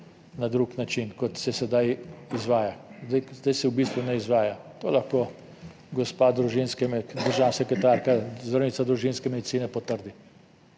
na drug način, kot se sedaj izvaja. Zdaj se v bistvu ne izvaja. To lahko gospa državna sekretarka, zdravnica družinske medicine potrdi.